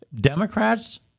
Democrats